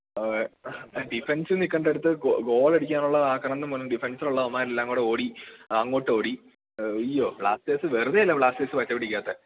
അതേ ഡിഫെൻസ്സ് നില്ക്കേണ്ടയിടത്ത് ഗോളടിക്കാനുള്ള ആക്രാന്തം മൂലം ഡിഫെൻസുള്ളവന്മാരെല്ലാം കൂടെ ഓടി അങ്ങോട്ടോടി ഈയ്യോ ബ്ലാസ്റ്റേഴ്സ്സ് വെറുതെയല്ല ബ്ലാസ്റ്റേഴ്സ്സ് പച്ച പിടിക്കാത്തത്